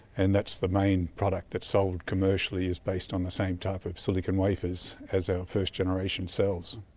and that's the main product that's sold commercially is based on the same type of silicon wafers as our first generation cells.